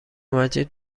مجید